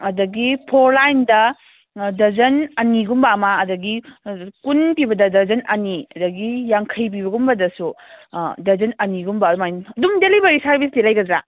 ꯑꯗꯒꯤ ꯐꯣꯔ ꯂꯥꯏꯟꯗ ꯗꯖꯟ ꯑꯅꯤꯒꯨꯝꯕ ꯑꯃ ꯑꯗꯒꯤ ꯀꯨꯟ ꯄꯤꯕꯗ ꯗꯖꯟ ꯑꯅꯤ ꯑꯗꯒꯤ ꯌꯥꯡꯈꯩ ꯄꯤꯕꯒꯨꯝꯕꯗꯁꯨ ꯗꯖꯟ ꯑꯅꯤꯒꯨꯝꯕ ꯑꯗꯨꯃꯥꯏꯅ ꯑꯗꯨꯝ ꯗꯦꯂꯤꯚꯔꯤ ꯁꯔꯚꯤꯁꯇꯤ ꯂꯩꯒꯗ꯭ꯔꯥ